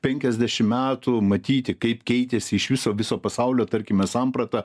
penkiasdešimt metų matyti kaip keitėsi iš viso viso pasaulio tarkime samprata